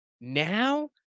now